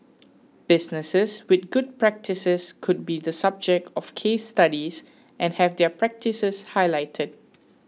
businesses with good practices could be the subject of case studies and have their practices highlighted